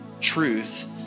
truth